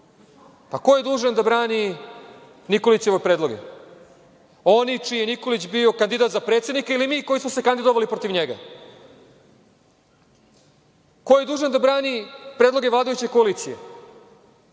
Ko je dužan da brani Nikolićeve predloge? Oni čiji je Nikolić bio kandidat za predsednika ili mi koji smo se kandidovali protiv njega. Ko je dužan da brani predloge vladajuće koalicije?